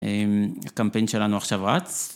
הקמפיין שלנו עכשיו רץ.